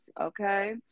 okay